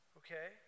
okay